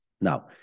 Now